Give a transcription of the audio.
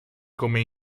come